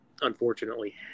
unfortunately